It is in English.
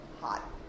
hot